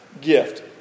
gift